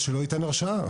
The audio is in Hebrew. אז שלא ייתן הרשאה,